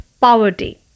poverty